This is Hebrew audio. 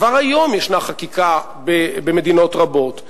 כבר היום ישנה חקיקה במדינות רבות.